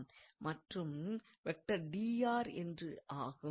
மற்றும் என்று ஆகும்